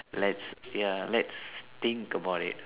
let's ya let's think about it